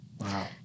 Wow